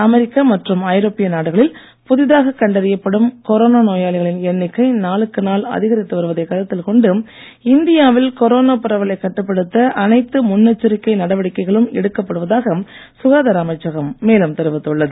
அமெரிக்க மற்றும் ஐரோப்பிய நாடுகளில் புதிதாகக் கண்டறியப்படும் கொரோனா நோயாளிகளின் எண்ணிக்கை நாளுக்கு நாள் அதிகரித்து வருவதைக் கருத்தில் கொண்டு இந்தியாவில் கொரோனா பரவலைக் கட்டுப்படுத்த அனைத்து முன்னெச்சரிக்கை நடவடிக்கைகளும் எடுக்கப் படுவதாக சுகாதார அமைச்சகம் மேலும் தெரிவித்துள்ளது